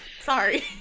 Sorry